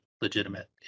legitimate